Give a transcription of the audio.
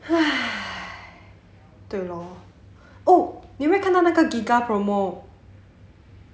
对 lor oh 你又有没有看到那个 giga promo